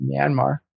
Myanmar